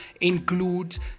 includes